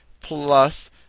plus